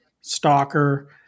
stalker